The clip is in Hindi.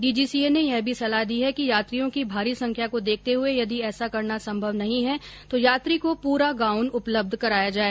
डीजीसीए ने यह भी सलाह दी है कि यात्रियों की भारी संख्या को देखते हुए यदि ऐसा करना संभव नहीं है तो यात्री को पूरा गाउन उपलब्ध कराया जाए